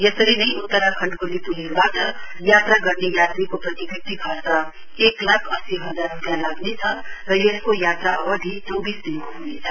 यसरी नै उत्तराखण्डको लिप्लेखबाट यात्रा गर्ने यात्रीको प्रति व्यक्ति खर्च एक लाख अस्सी हजार रूपियाँ लाग्नेछ र यसको यात्रा अवधि चौविस दिनको हनेछ